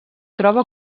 troba